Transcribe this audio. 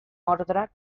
ordre